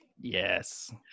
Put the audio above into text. Yes